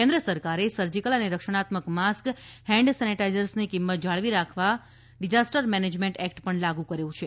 કેન્દ્રસરકારે surgical અને રક્ષણાત્મક mask hand સેનેટાઇઝર્સની કિંમત જાળવી રાખવા કરવા માટે ડિઝાસ્ટર મેનેજમેન્ટ એક્ટ પણ લાગુ કર્યો છે